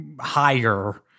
higher